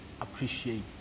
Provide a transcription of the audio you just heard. appreciate